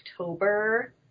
October